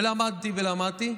ולמדתי ולמדתי,